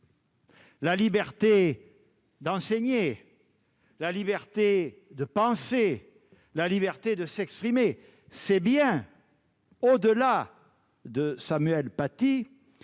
la liberté d'enseigner, la liberté de penser, la liberté de s'exprimer. Telles sont bien, au-delà de la